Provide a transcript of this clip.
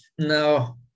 no